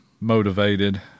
motivated